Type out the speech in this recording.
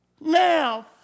now